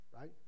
right